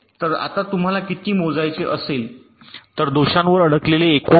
तर आता तुम्हाला किती मोजायचे असेल तर दोषांवर अडकलेले एकूण आहेत